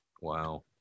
wow